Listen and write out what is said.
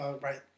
right